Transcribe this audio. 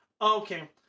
okay